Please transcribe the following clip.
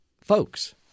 Folks